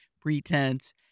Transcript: pretense